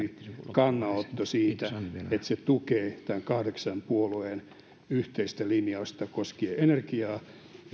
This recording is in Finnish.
kannanotto siitä että se tukee tätä kahdeksan puolueen yhteistä linjausta koskien energiaa